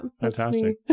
Fantastic